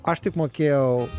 aš tik mokėjau